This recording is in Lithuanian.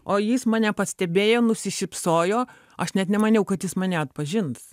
o jis mane pastebėjo nusišypsojo aš net nemaniau kad jis mane atpažins